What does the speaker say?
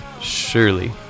Surely